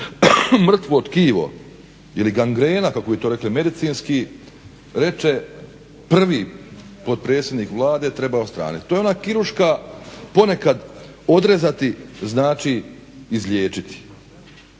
mrtvo tkivo ili gangrena kako bi to rekli medicinski reče prvi potpredsjednik Vlade treba odstraniti. To je ona kirurška ponekad odrezati znači izliječiti,